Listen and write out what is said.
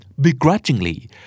Begrudgingly